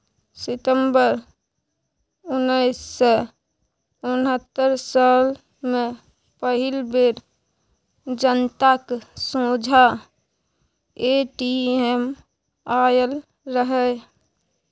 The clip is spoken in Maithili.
सितंबर उन्नैस सय उनहत्तर साल मे पहिल बेर जनताक सोंझाँ ए.टी.एम आएल रहय